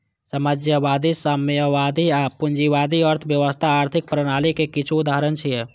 समाजवादी, साम्यवादी आ पूंजीवादी अर्थव्यवस्था आर्थिक प्रणालीक किछु उदाहरण छियै